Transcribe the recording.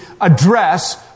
address